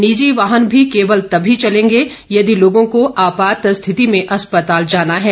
निजीं वाहन भी केवल तभी चलेंगे यदि लोगों को आपात स्थिति में अस्पताल जाना है